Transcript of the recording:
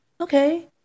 okay